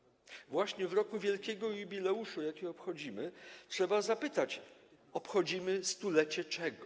Właśnie w roku wielkiego jubileuszu, jaki obchodzimy, trzeba zapytać: Obchodzimy 100-lecie czego?